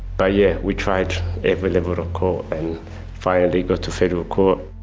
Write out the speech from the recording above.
but yeah we tried every level of court and finally got to federal court.